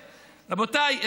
רבותיי,